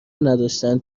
نداشتن